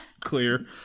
clear